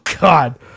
God